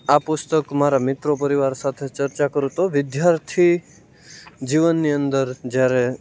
આ પુસ્તક મારા મિત્રો પરિવાર સાથે ચર્ચા કરું તો વિદ્યાર્થી જીવનની અંદર જ્યારે